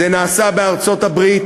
זה נעשה בארצות-הברית,